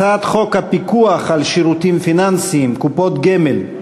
הצעת חוק הפיקוח על שירותים פיננסיים (קופות גמל)